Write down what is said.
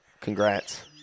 congrats